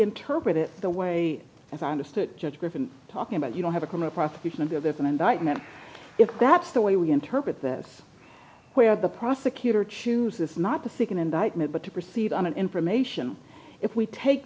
interpret it the way i understood judge griffin talking about you don't have a criminal prosecution and there's an indictment if that's the way we interpret this where the prosecutor chooses not to seek an indictment but to proceed on information if we take